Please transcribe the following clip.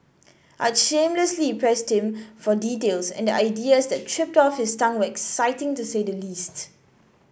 I shamelessly pressed him for details and the ideas that tripped off his tongue exciting to say the least